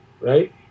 right